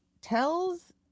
tells